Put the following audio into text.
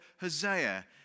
Hosea